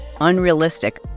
unrealistic